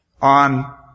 On